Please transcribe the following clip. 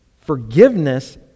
forgiveness